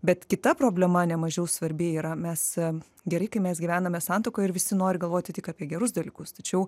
bet kita problema nemažiau svarbi yra mes gerai kai mes gyvename santuokoje ir visi nori galvoti tik apie gerus dalykus tačiau